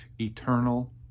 eternal